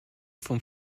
vom